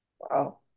Wow